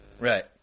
Right